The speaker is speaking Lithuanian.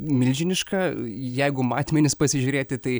milžiniška jeigu matmenis pasižiūrėti tai